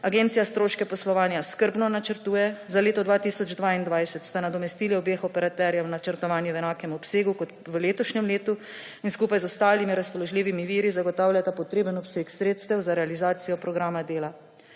Agencija stroške poslovanja skrbno načrtuje. Za leto 2022 sta nadomestili obeh operaterjev načrtovani v enakem obsegu kot v letošnjem letu in skupaj z ostalimi razpoložljivimi viri zagotavljata potreben obseg sredstev za realizacijo programa dela.